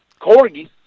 corgi